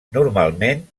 normalment